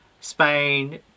Spain